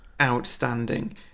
outstanding